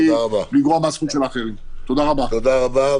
תודה רבה.